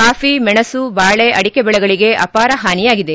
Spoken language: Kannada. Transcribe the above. ಕಾಫಿ ಮೆಣಸು ಬಾಳೆ ಅಡಿಕೆ ಬೆಳೆಗಳಗೆ ಅಪಾರ ಹಾನಿಯಾಗಿದೆ